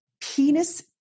penis-